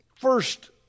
first